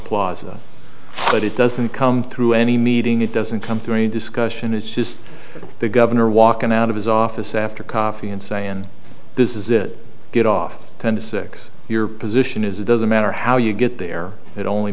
plaza but it doesn't come through any meeting it doesn't come through any discussion it's just the governor walking out of his office after coffee and saying this is it get off ten to six your position is it doesn't matter how you get there it only